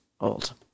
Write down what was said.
old